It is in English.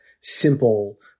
simple